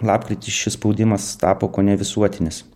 lapkritį šis spaudimas tapo kone visuotinis